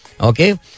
Okay